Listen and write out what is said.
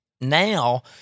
now